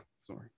sorry